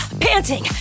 panting